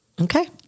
Okay